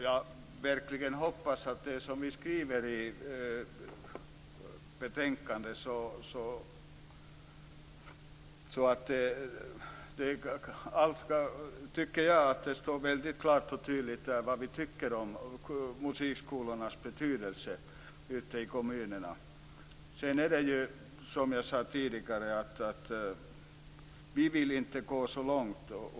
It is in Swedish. Fru talman! Jag hoppas verkligen att det som vi skriver i betänkandet genomförs. Jag tycker att det står väldigt klart och tydligt vad vi tycker om musikskolornas betydelse i kommunerna. Som jag tidigare sade vill vi inte gå så långt.